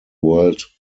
world